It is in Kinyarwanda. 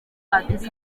patrick